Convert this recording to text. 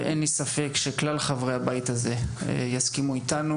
ואין לי ספק שכלל חברי הבית הזה יסכימו איתנו